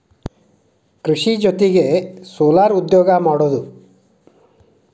ಕೃಷಿ ಜೊತಿಗೆ ಸೊಲಾರ್ ಉದ್ಯೋಗಾ ಮಾಡುದು